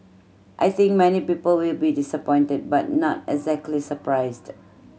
I think many people will be disappointed but not exactly surprised